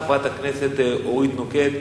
חברת הכנסת אורית נוקד,